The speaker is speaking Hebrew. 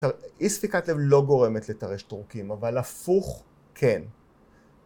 ‫אי ספיקת לב לא גורמת לטרשת עורקים, ‫אבל הפוך כן.